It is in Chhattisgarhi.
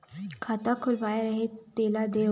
खाता खुलवाय रहे तेला देव?